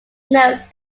notes